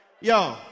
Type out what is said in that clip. yo